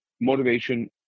motivation